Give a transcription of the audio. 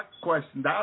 question